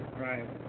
Right